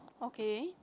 okay